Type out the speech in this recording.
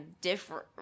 different